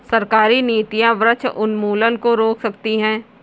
सरकारी नीतियां वृक्ष उन्मूलन को रोक सकती है